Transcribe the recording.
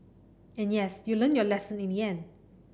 and yes you learnt your lesson in the end